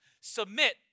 Submit